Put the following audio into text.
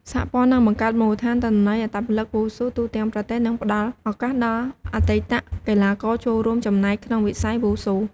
សហព័ន្ធនឹងបង្កើតមូលដ្ឋានទិន្នន័យអត្តពលិកវ៉ូស៊ូទូទាំងប្រទេសនឹងផ្ដល់ឱកាសដល់អតីតកីឡាករចូលរួមចំណែកក្នុងវិស័យវ៉ូស៊ូ។